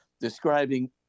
describing